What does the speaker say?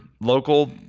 local